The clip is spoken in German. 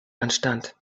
anstand